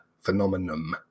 phenomenon